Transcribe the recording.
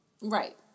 Right